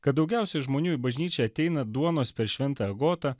kad daugiausiai žmonių į bažnyčią ateina duonos per šventąją agotą